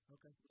Okay